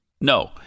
No